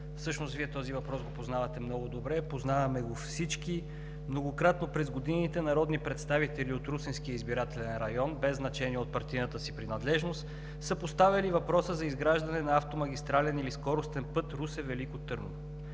Всъщност Вие този въпрос го познавате много добре, познаваме го всички. Многократно през годините народни представители от Русенския избирателен район – без значение от партийната си принадлежност, са поставяли въпроса за изграждане на автомагистрален или скоростен път Русе – Велико Търново.